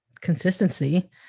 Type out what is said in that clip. consistency